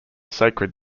sacred